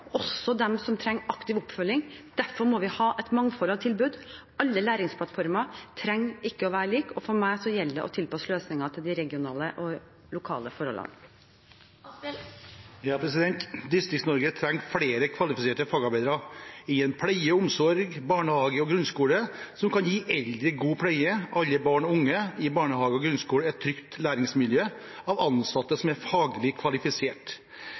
også til dem som trenger aktiv oppfølging. Derfor må vi ha et mangfold av tilbud. Alle læringsplattformer trenger ikke å være like. For meg gjelder det å tilpasse løsningene til de regionale og lokale forholdene. Distrikts-Norge trenger flere kvalifiserte fagarbeidere innen pleie og omsorg som kan gi eldre god pleie, og flere faglig kvalifiserte ansatte i barnehage og grunnskole som kan gi alle barn i barnehage og grunnskole et trygt læringsmiljø. Et desentralisert utdanningstilbud er